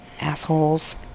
assholes